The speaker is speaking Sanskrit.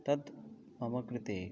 तत् मम कृते